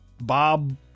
Bob